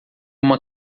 uma